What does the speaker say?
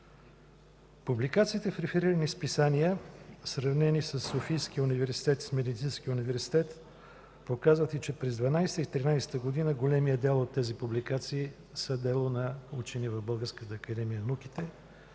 Публикациите в реферирани списания, в сравнение със Софийския университет и с Медицинския университет показват, че през 2012 – 2013 г. големият дял от тези публикации са дело на учени в Българската академия на науките,